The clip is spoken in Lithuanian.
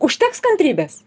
užteks kantrybės